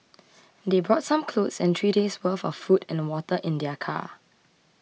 they brought some clothes and three days' worth of food and water in their car